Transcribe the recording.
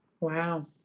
Wow